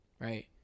right